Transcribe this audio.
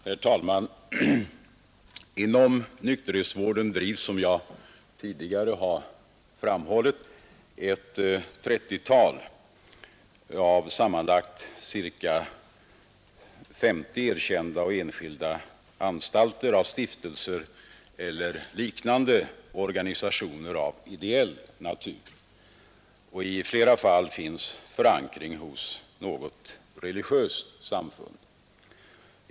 Herr talman! Inom nykterhetsvården drivs, som jag tidigare har framhållit, ett trettiotal av sammanlagt ca 50 erkända och enskilda anstalter av stiftelser eller liknande organisationer av ideell natur. I flera fall finns förankring hos något religiöst samfund.